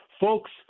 Folks